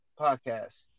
podcast